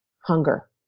hunger